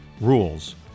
rules